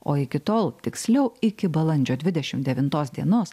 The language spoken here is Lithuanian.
o iki tol tiksliau iki balandžio dvidešimt devintos dienos